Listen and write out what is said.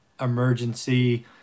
emergency